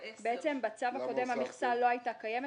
בעצם בצו הקודם המכסה לא הייתה קיימת